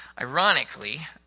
ironically